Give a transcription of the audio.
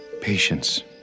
Patience